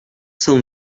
cent